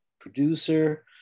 producer